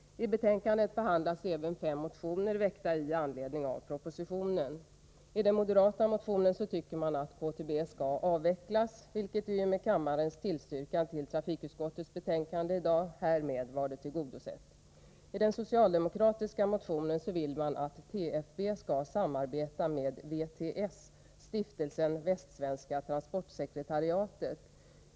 I betänkandet behandlas även fem motioner, som har väckts med anledning av propositionen. I den moderata motionen föreslås att KTB skall avvecklas, vilket tillgodoses i och med kammarens bifall till trafikutskottets förslag i dag. I den socialdemokratiska motionen föreslås att TFD skall samarbeta med VTS .